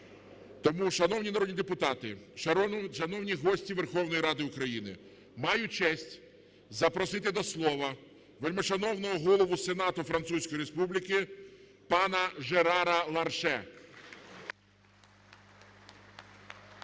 Тому, шановні народні депутати, шановні гості Верховної Ради України, маю честь запросити до слова вельмишановного Голову Сенату Французької Республіки пана Жерара Ларше.